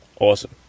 awesome